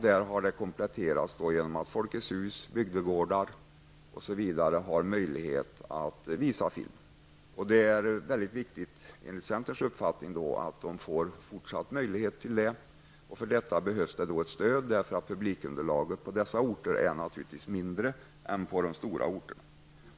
Det har kompletterats genom att Folkets hus, bygdegårdar, osv. har möjlighet att visa film. Det är enligt centerns uppfattning viktigt att de får fortsatt möjlighet till det. För detta behövs ett stöd, eftersom publikunderlaget på dessa orter naturligtvis är mindre än på de stora orterna.